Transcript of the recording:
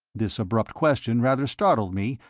this abrupt question rather startled me,